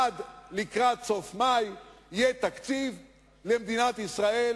עד לקראת סוף מאי יהיה תקציב למדינת ישראל,